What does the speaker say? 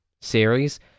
series